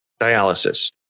dialysis